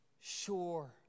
sure